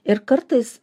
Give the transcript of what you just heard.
ir kartais